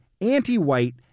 anti-white